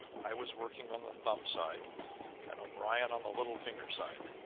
i was working on the thumb side and o'brien on the little-finger side,